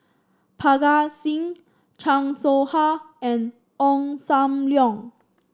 Parga Singh Chan Soh Ha and Ong Sam Leong